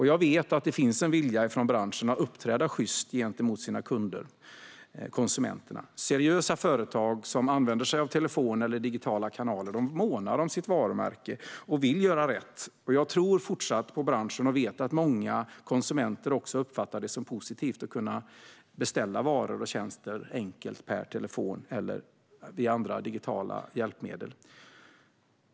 Jag vet att det finns en vilja från branschen att uppträda sjyst gentemot sina kunder, konsumenterna. Seriösa företag som använder sig av telefon eller digitala kanaler månar om sitt varumärke och vill göra rätt. Jag tror fortsatt på branschen och vet att många konsumenter också uppfattar det som positivt att kunna beställa varor och tjänster enkelt per telefon eller med andra digitala hjälpmedel.